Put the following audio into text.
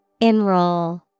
Enroll